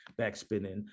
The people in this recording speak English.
backspinning